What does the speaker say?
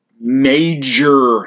major